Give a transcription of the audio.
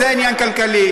זה עניין כלכלי.